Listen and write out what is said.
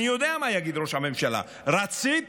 אני יודע מה יגיד ראש הממשלה: רציתי,